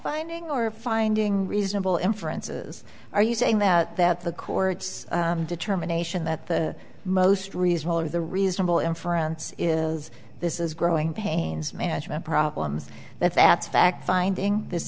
finding or finding reasonable inferences are you saying that that the court's determination that the most reasonable or the reasonable inference is this is growing pains management problems that that's a fact finding this